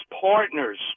partners